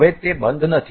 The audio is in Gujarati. હવે તે બંધ નથી